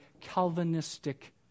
Calvinistic